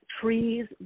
trees